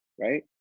right